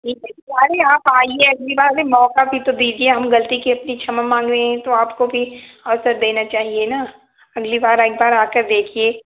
अरे आप आईए अभी मौका भी तो दीजिए हम गलती किए अपनी क्षमा मांग रहे तो आपको भी अवसर देना चाहिए ना अगली बार एक बार आकर देखिए